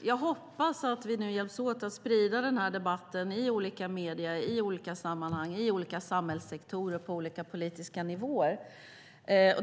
jag hoppas att vi nu hjälps åt att sprida den här debatten i olika medier i olika sammanhang och i olika samhällssektorer på olika politiska nivåer.